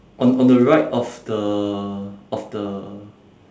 on on the right of the of the